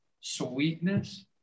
Sweetness